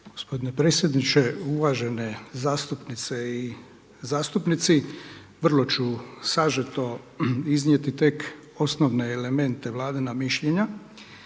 Gospodine predsjedniče, uvažene zastupnice i zastupnici. Vrlo ću sažeto iznijeti tek osnovne elemente Vladina mišljenja